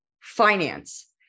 finance